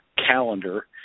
calendar